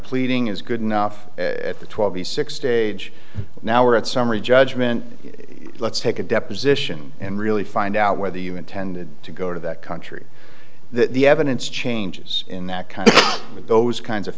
pleading is good enough at the twelve the six stage now or at summary judgment let's take a deposition and really find out whether you intended to go to that country that the evidence changes in that kind of those kinds of